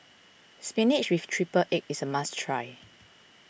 Spinach with Triple Egg is a must try